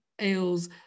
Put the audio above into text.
ales